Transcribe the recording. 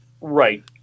Right